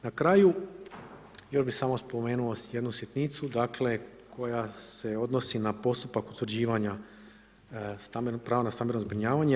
Na kraju još bih samo spomenuo jednu sitnicu, dakle, koja se odnosi na postupak utvrđivanja prava na stambeno zbrinjavanje.